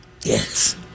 yes